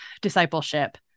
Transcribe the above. discipleship